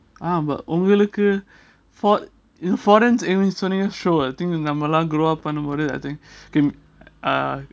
ah but உங்களுக்கு:ungaluku fo~ florence என்ன சொன்னேங்க:enna sonnenga grow up பண்ண முடியாது:panna mudiathu I think g~ ah